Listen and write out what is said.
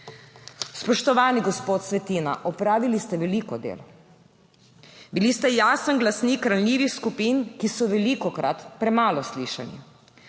Spoštovani gospod Svetina, opravili ste veliko delo. Bili ste jasen glasnik ranljivih skupin, ki so velikokrat premalo slišane.